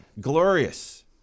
Glorious